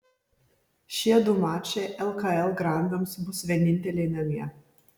šie du mačai lkl grandams bus vieninteliai namie